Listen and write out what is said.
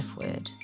word